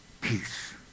peace